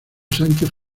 sánchez